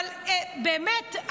באמת,